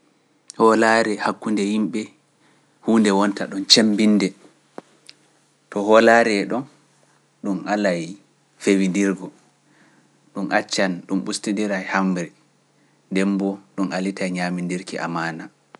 Hoolaare hakkunde yimɓe huunde wonta ɗon cemmbinde to hoolaare ɗo ɗum alaayi fewindirgo ɗum accan ɗum ustodira e hamre ndem mbo ɗum alita ñaamindirki amaana.